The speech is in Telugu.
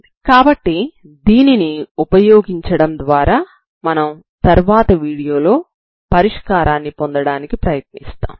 కాబట్టి దీనిని ఉపయోగించడం ద్వారా మనం తదుపరి వీడియోలో పరిష్కారాన్ని పొందడానికి ప్రయత్నిస్తాము